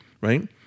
Right